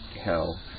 hell